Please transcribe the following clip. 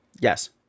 Yes